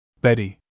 Betty